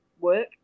work